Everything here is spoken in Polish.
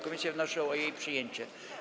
Komisje wnoszą o jej przyjęcie.